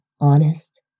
honest